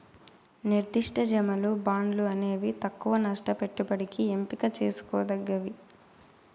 నిర్దిష్ట జమలు, బాండ్లు అనేవి తక్కవ నష్ట పెట్టుబడికి ఎంపిక చేసుకోదగ్గవి